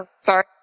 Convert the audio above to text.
Sorry